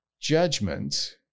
judgment